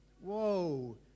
whoa